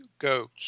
goats